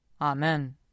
Amen